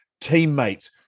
teammates